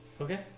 Okay